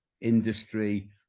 industry